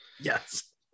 yes